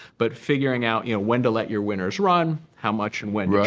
but figuring out you know when to let your winners run how much and when yeah